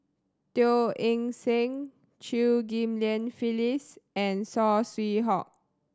Teo Eng Seng Chew Ghim Lian Phyllis and Saw Swee Hock